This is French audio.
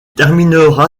terminera